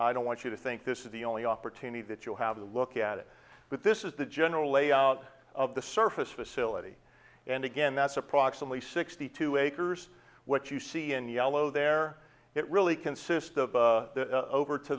i don't want you to think this is the only opportunity that you have to look at it but this is the general layout of the surface facility and again that's approximately sixty two acres what you see in yellow there it really consists of